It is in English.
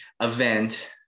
event